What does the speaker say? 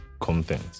content